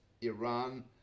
Iran